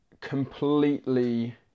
completely